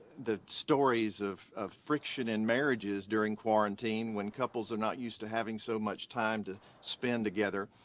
the stories of of friction in marriages during quarantine when couples are not used to having so much time to spend together.